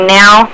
now